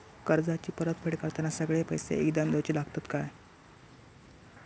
कर्जाची परत फेड करताना सगळे पैसे एकदम देवचे लागतत काय?